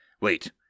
Wait